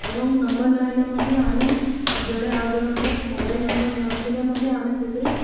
ଏବଂ ନମ୍ବର ନହେଲେ ମଧ୍ୟ ଆମେ ଜଣେ ଆଉଜଣଙ୍କ ମୋବାଇଲ ନମ୍ବର ନଥିଲେ ମଧ୍ୟ ଆମେ ସେଥିରେ